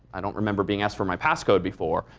i don't remember being asked for my passcode before,